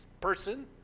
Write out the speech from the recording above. person